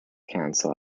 council